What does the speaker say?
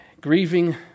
grieving